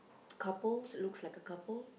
couples look like a couple